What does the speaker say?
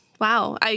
Wow